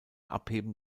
abheben